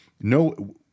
no